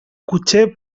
cotxer